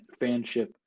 fanship